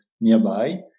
nearby